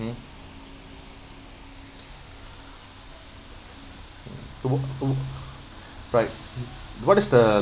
right what is the